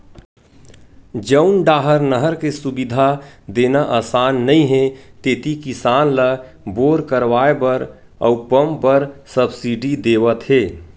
जउन डाहर नहर के सुबिधा देना असान नइ हे तेती किसान ल बोर करवाए बर अउ पंप बर सब्सिडी देवत हे